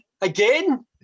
again